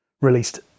released